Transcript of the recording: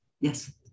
Yes